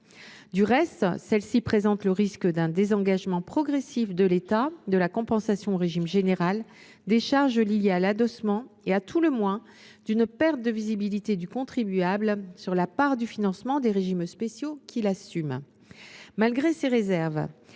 Du reste, celle ci présente le risque d’un désengagement progressif de l’État de la compensation au régime général des charges liées à l’adossement, et, à tout le moins, d’une perte de visibilité du contribuable sur la part du financement des régimes spéciaux qu’il assume. Malgré ces réserves,